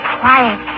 quiet